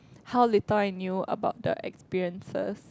how little I knew about the experiences